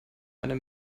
eine